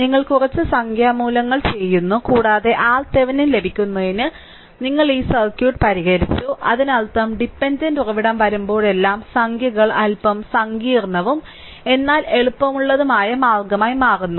നിങ്ങൾ കുറച്ച് സംഖ്യാ മൂല്യങ്ങൾ ചെയ്യുന്നു കൂടാതെ RThevenin ലഭിക്കുന്നതിന് നിങ്ങൾ ഈ സർക്യൂട്ട് പരിഹരിച്ചു അതിനർത്ഥം ഡിപെൻഡന്റ് ഉറവിടം വരുമ്പോഴെല്ലാം സംഖ്യകൾ അൽപ്പം സങ്കീർണ്ണവും എന്നാൽ എളുപ്പമുള്ളതുമായ മാർഗ്ഗമായി മാറുന്നു